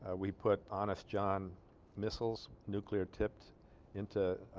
ah we put honest john missiles nuclear tipped into ah.